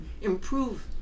improve